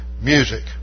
music